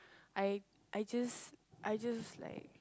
I I just I just like